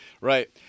Right